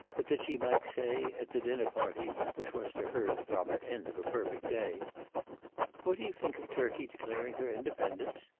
but that she might say, at the dinner-party which was to her the proper end of a perfect day what do you think of turkey declaring her independence?